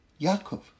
Yaakov